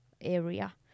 area